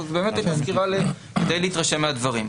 זו באמת הייתה סקירה כדי להתרשם מהדברים.